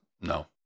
No